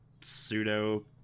pseudo